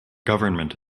government